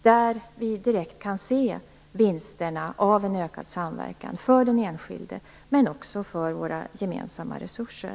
Där kan vi direkt se vinsterna av en ökad samverkan för den enskilde, men också för våra gemensamma resurser.